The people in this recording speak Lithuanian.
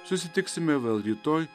susitiksime vėl rytoj